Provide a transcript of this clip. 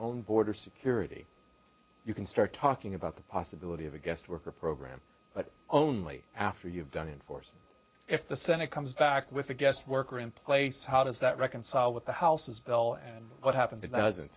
own border security you can start talking about the possibility of a guest worker program but only after you've done enforce if the senate comes back with a guest worker in place how does that reconcile with the house bill and what happened t